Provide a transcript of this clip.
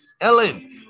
Ellen